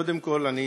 קודם כול, אני